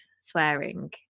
swearing